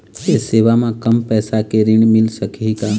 ये सेवा म कम पैसा के ऋण मिल सकही का?